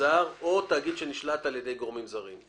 זר או תאגיד שנשלט על ידי גורמים זרים.